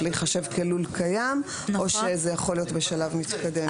להיחשב כלול קיים או שזה יכול להיות בשלב מתקדם.